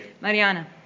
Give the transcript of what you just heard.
Mariana